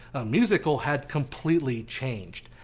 musical had completely changed.